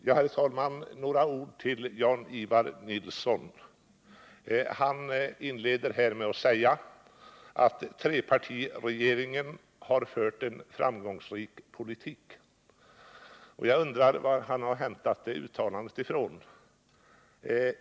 Herr talman! Jag vill säga några ord till Jan-Ivan Nilsson. Han inledde med att påstå att trepartiregeringen har fört en framgångsrik politik. Jag undrar var kan har hämtat den kunskapen.